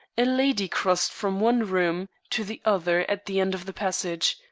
a lady crossed from one room to the other at the end of the passage.